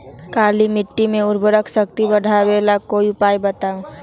काली मिट्टी में उर्वरक शक्ति बढ़ावे ला कोई उपाय बताउ?